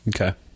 Okay